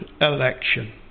election